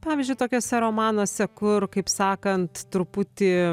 pavyzdžiui tokiuose romanuose kur kaip sakant truputį